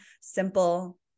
Simple